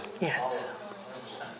Yes